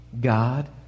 God